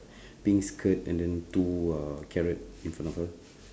pink skirt and then two uh carrot in front of her